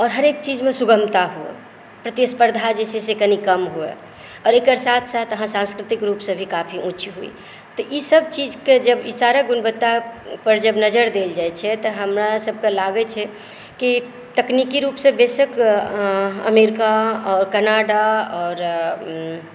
आओर हरेक चिजमे सुगमता हुए प्रतिस्पर्धा जे छै से कनि कम हुए आओर एकर साथ साथ अहाँ सांस्कृतिक रूपसँ काफी उच्च होइ तऽ ई सभ चीजकेँ जब सारा गुणवत्ता पर जब नजर देल जाइ छै कियातऽ हमरा सभकेँ लागयै छै कि तकनिकी रूपसे बेसक अमेरिका और कनाडा आओर